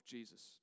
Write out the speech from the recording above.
Jesus